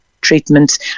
treatment